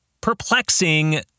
perplexing